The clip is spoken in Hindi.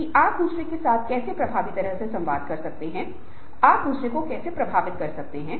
एक अध्ययन से पता चला कि किसी कार्य की सकारात्मक याद को याद करने और उसका वर्णन करने से उस क्षेत्र में प्रेरणा बढ़ती है